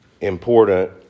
important